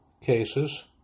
cases